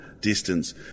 distance